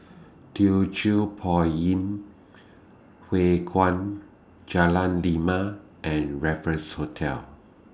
Teochew Poit Ip Huay Kuan Jalan Lima and Raffles Hotel